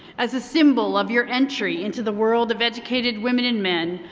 as a symbol of your entry into the world of educated women and men,